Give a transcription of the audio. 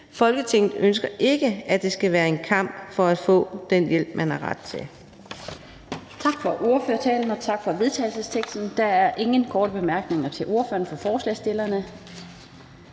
Folketinget ønsker ikke, at det skal være en kamp at få den hjælp, man har ret til.«